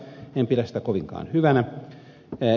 en pidä sitä kovinkaan hyvänä